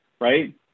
right